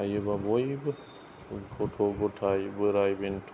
हायोब्ला बयबो गथ' गथाय बोराय बेन्थ'